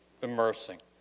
Immersing